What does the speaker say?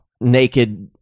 naked